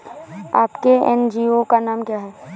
आपके एन.जी.ओ का नाम क्या है?